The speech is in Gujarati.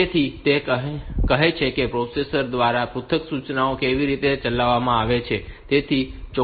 તેથી તે કહે છે કે પ્રોસેસર દ્વારા પૃથક સૂચનાઓ કેવી રીતે ચલાવવામાં આવે છે